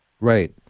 Right